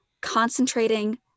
concentrating